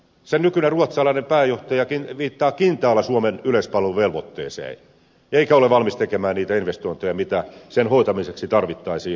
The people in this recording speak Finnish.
sen nykyinen ruotsalainen pääjohtajakin viittaa kintaalla suomen yleispalveluvelvoitteeseen eikä ole valmis tekemään niitä investointeja mitä sen hoitamiseksi tarvittaisiin